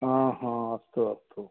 आ हा अस्तु अस्तु